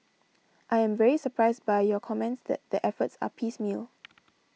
I am very surprised by your comments that the efforts are piecemeal